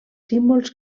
símbols